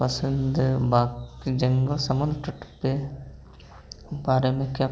पसंद बाकी जंग समुद्र तट के बारे में क्या